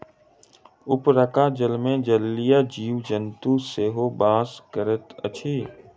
उपरका जलमे जलीय जीव जन्तु सेहो बास करैत अछि